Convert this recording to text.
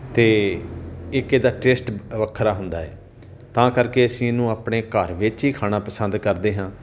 ਅਤੇ ਇੱਕ ਇਹਦਾ ਟੇਸਟ ਵੱਖਰਾ ਹੁੰਦਾ ਹੈ ਤਾਂ ਕਰਕੇ ਅਸੀਂ ਇਹਨੂੰ ਆਪਣੇ ਘਰ ਵਿੱਚ ਹੀ ਖਾਣਾ ਪਸੰਦ ਕਰਦੇ ਹਾਂ